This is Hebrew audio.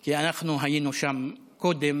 כי אנחנו היינו שם קודם,